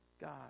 God